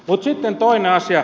mutta sitten toinen asia